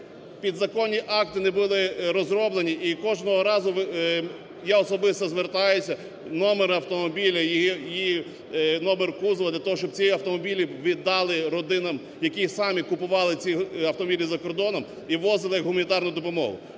підзаконні акти не були розроблені, і кожного разу, я особисто звертаюсь, номер автомобіля і номер кузова, для того, щоб ці автомобілі віддали родинам, які самі купували ці автомобілі за кордоном і ввозили як гуманітарну допомогу.